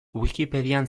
wikipedian